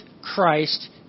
Christ